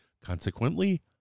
consequently